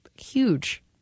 huge